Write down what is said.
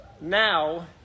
now